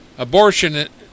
Abortion